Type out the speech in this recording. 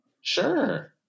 Sure